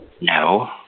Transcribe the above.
No